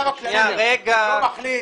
החשב הכללי לא מחליט?